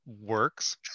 works